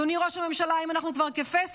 אדוני ראש הממשלה, האם אנחנו כבר כפסע?